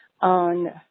on